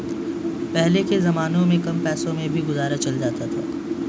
पहले के जमाने में कम पैसों में भी गुजारा चल जाता था